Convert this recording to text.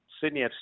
Sydney